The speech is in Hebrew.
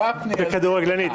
בכדורגלנית.